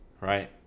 right